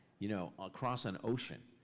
you know ah across an ocean,